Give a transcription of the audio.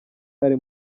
ari